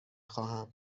خواهم